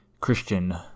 Christian